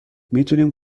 میتونیم